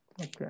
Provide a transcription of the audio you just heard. Okay